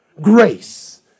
grace